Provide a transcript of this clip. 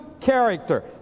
character